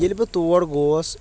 ییٚلہِ بہٕ تور گووس